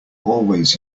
always